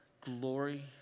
Glory